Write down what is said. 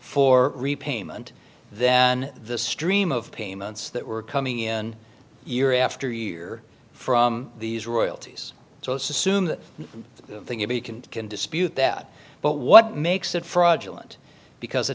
for repayment than the stream of payments that were coming in year after year from these royalties so sassoon the thing if you can can dispute that but what makes it fraudulent because the